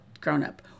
grown-up